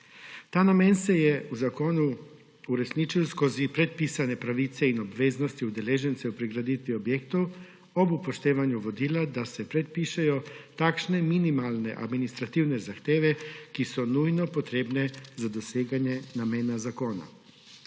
Ta namen se je v zakonu uresničil skozi predpisane pravice in obveznosti udeležencev pri graditvi objektov, ob upoštevanju vodila, da se predpišejo takšne minimalne administrativne zahteve, ki so nujno potrebne za doseganje namena zakona.